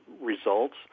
results